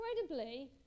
Incredibly